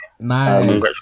Nice